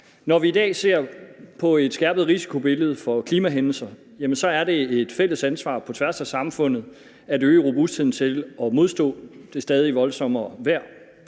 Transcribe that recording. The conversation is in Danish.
Når vi i dag ser på et skærpet risikobillede for klimahændelser, er det et fælles ansvar på tværs af samfundet at øge robustheden til at modstå det stadigt voldsommere vejr.